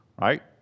Right